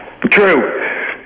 True